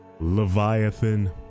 Leviathan